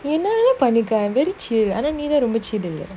you know what's funny guy I'm very chill I don't needed more chill already